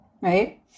right